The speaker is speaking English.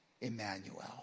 Emmanuel